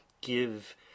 give